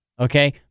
Okay